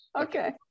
Okay